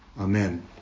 Amen